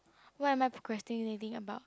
what am I procrastinating about